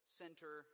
center